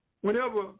whenever